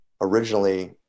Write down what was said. originally